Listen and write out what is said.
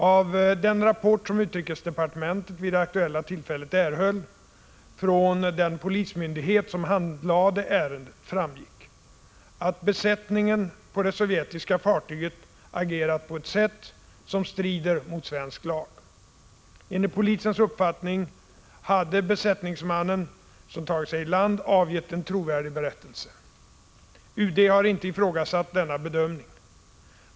Av den rapport som utrikesdepartementet vid det aktuella tillfället erhöll från den polismyndighet som handlade ärendet framgick, att besättningen på det sovjetiska fartyget agerat på ett sätt som strider mot svensk lag. Enligt polisens uppfattning hade besättningsmannen som tagit sig i land avgett en trovärdig berättelse. UD har inte ifrågasatt denna bedömning.